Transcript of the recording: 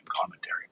commentary